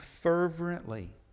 fervently